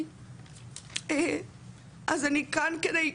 ואני מודה לכם על הוועדה החשובה הזאת,